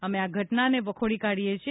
અમે આ ઘટનાને વખોડી કાઢીએ છીએ